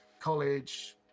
college